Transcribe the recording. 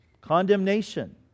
Condemnation